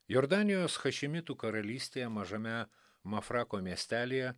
jordanijos chašimitų karalystėje mažame mafrako miestelyje